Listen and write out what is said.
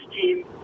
team